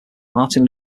martin